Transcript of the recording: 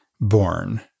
born